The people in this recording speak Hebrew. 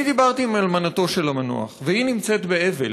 אני דיברתי עם אלמנתו של המנוח, והיא נמצאת באבל,